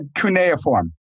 cuneiform